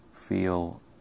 feel